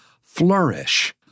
flourish